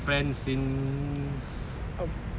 friends since